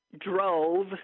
drove